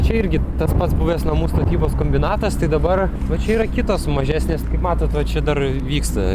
čia irgi tas pats buvęs namų statybos kombinatas tai dabar va čia yra kitos mažesnės kaip matot va čia dar vyksta